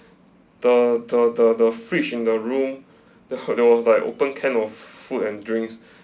the the the the the fridge in the room the there was uh opened can of food and drinks